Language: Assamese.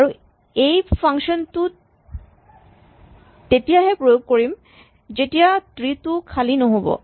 আমি এই ফাংচন টো তেতিয়াহে প্ৰয়োগ কৰিম যেতিয়া ট্ৰী টো খালী নহ'ব